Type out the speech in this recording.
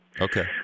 Okay